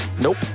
Nope